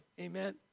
Amen